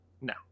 No